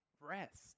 rest